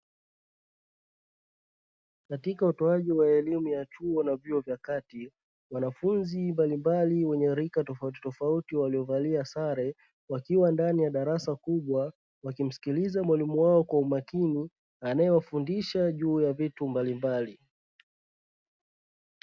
Katika utoaji wa elimu ya chuo na vyuo vya kati wanafunzi mbalimbali wenye rika tofautitofauti waliovalia sare, wakiwa ndani ya darasa kubwa wakimsikiliza mwalimu wao kwa umakini anayewafundisha juu ya vitu mbalimbali.